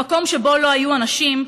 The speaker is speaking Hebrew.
במקום שבו לא היו אנשים,